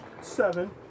Seven